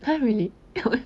can't really